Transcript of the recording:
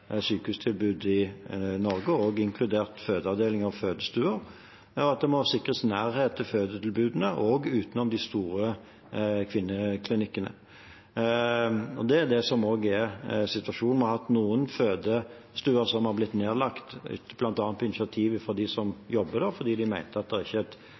sykehustilbud i Norge, også inkludert fødeavdelinger og fødestuer, og at det må sikres nærhet til fødetilbudene også utenom de store kvinneklinikkene. Det er det som er situasjonen. Vi har hatt noen fødestuer som har blitt nedlagt, bl.a. på initiativ fra dem som jobbet der, fordi de mente at det ikke var et